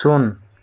ଶୂନ